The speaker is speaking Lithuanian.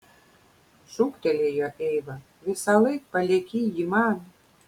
šūktelėjo eiva visąlaik palieki jį man